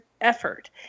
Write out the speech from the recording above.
effort